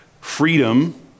freedom